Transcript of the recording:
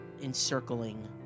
encircling